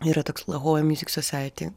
yra toks la hoja music society